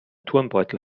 turnbeutel